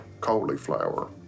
cauliflower